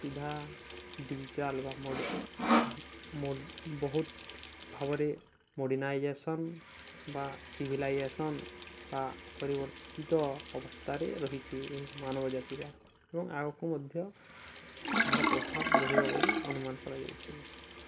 ସିଧା ଡିଜିଟାଲ୍ ବା ବହୁତ ଭାବରେ ମଡ଼ର୍ଣ୍ଣନାଇଜେସନ୍ ବା ସିଭିିଲାଇଜେସନ୍ ବା ପରିବର୍ତ୍ତିତ ଅବସ୍ଥାରେ ରହିଛି ଏହି ମାନବ ଜାତିର ଏବଂ ଆଗକୁ ମଧ୍ୟ ଏହାର ପ୍ରଭାବ ରହିବ ବୋଲି ଅନୁମାନ କରାଯାଉଛି